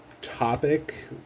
topic